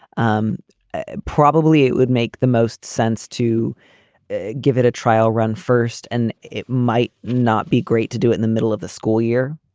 um ah probably it would make the most sense to give it a trial run first, and it might not be great to do it in the middle of the school year.